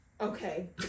okay